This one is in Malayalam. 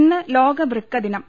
ഇന്ന് ലോക വൃക്കദിനം